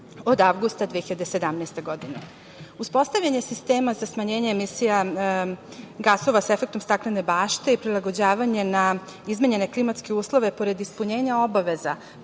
od avgusta 2017. godine. Uspostavljanje sistema za smanjenje emisija gasova sa efektom staklene bašte i prilagođavanje na izmenjene klimatske uslove, pored ispunjenja obaveza